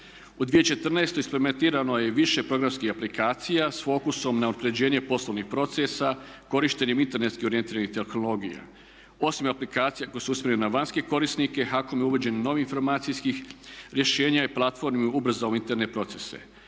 U 2014. … i više programskih aplikacija s fokusom na unaprjeđenje poslovnih procesa, korištenjem internetski orijentiranih tehnologija. Osim aplikacija koje su usmjerene na vanjske korisnike HAKOM je uvođenjem novih informacijskih rješenja i platformi ubrzao interne procese.